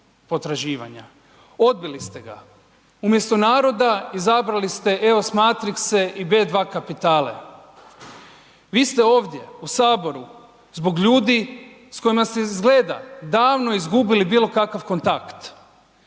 potraživanja. Odbili ste ga. Umjesto naroda izabrali ste eos matrixe i B2 kapitale. Vi ste ovdje u HS zbog ljudi s kojima ste izgleda davno izgubili bilo kakav kontakt.